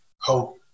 hope